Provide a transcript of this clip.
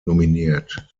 nominiert